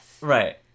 right